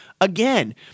again